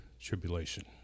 tribulation